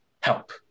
help